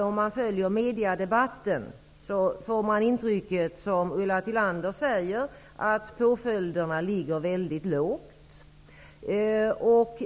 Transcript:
Om man följer debatten i media får man intrycket, som Ulla Tillander säger, att påföljderna är mycket låga.